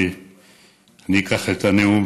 אני אקח את הנאום,